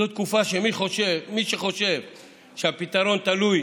זו תקופה שמי שחושב שהפתרון תלוי